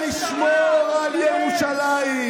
תתגייס למשטרה.